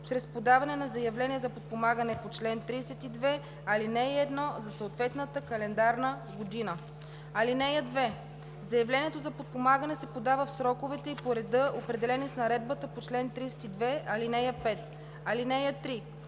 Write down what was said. чрез подаване на заявление за подпомагане по чл. 32, ал. 1 за съответната календарна година. (2) Заявлението за подпомагане се подава в сроковете и по реда, определени с наредбата по чл. 32, ал. 5. (3)